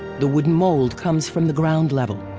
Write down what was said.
the wooden mold comes from the ground level.